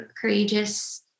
courageous